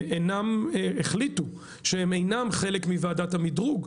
החליטו שהם אינם חלק מוועדת המדרוג?